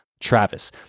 Travis